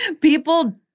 People